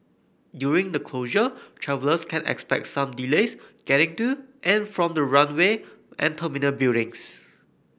during the closure travellers can expect some delays getting to and from the runway and terminal buildings